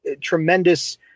tremendous –